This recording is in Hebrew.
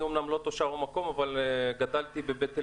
אני אמנם לא תושב המקום אבל גדלתי בבית אליעזר,